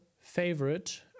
favorite